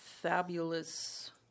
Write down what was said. Fabulous